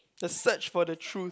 the search for the truth